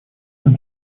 нам